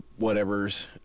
whatevers